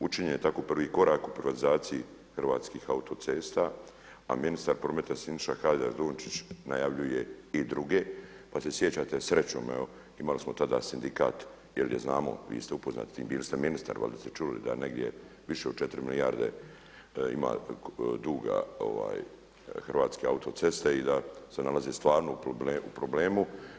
Učinjen je tako prvi korak u privatizaciji Hrvatskih autocesta, a ministar prometa Siniša Hajdaš Dončić najavljuje i druge, pa se sjećate srećom evo imali smo tada sindikat, jer je znamo vi ste upoznati s tim, bili ste ministar, valjda ste čuli da negdje više od 4 milijarde ima duga Hrvatske autoceste i da se nalaze stvarno u problemu.